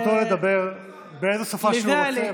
זכותו לדבר באיזה שפה שהוא רוצה,